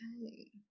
Okay